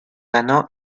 ganó